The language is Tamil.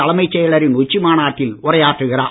தலைமைச் செயலரின் உச்சி மாநாட்டில் உரையாற்றுகிறார்